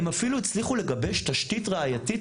הם אפילו הצליחו לגבש תשתית ראייתית,